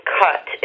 cut